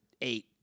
eight